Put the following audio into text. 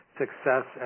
success